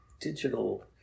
digital